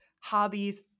hobbies